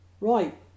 Right